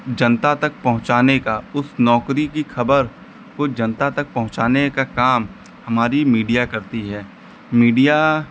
जनता तक पहुँचाने का उस नौकरी की खबर को जनता तक पहुँचाने का काम हमारी मीडिया करती है मीडिया